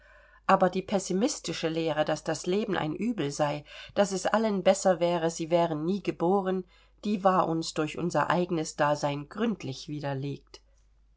aber die pessimistische lehre daß das leben ein übel sei daß es allen besser wäre sie wären nie geboren die war uns durch unser eigenes dasein gründlich widerlegt